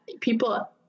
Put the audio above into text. people